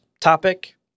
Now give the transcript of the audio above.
topic